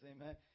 Amen